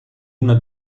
una